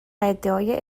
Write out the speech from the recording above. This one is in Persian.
ادعای